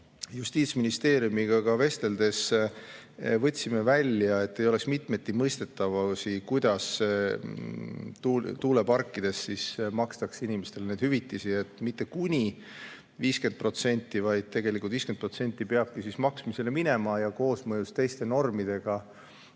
Justiitsministeeriumiga vesteldes võtsime selle välja, et ei oleks mitmeti mõistetavusi, kuidas tuuleparkide eest makstakse inimestele hüvitisi: mitte kuni 50%, vaid 50% peabki maksmisele minema. Koosmõjus teiste normidega